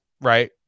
right